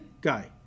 guy